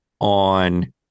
on